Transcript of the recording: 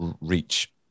reach